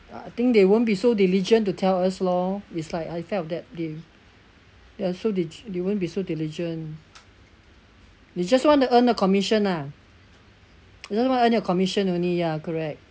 I think they won't be so diligent to tell us lor it's like I felt that they they are so digi~ they won't be so diligent they just want to earn the commission lah it is about earn your commission only ya correct